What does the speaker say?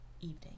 evening